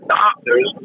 doctors